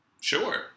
Sure